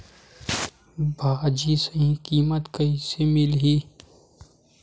भाजी सही कीमत कइसे मिलही?